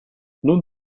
nun